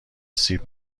سیب